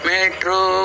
Metro